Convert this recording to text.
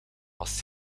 was